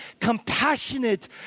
compassionate